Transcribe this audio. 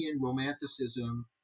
romanticism